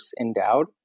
endowed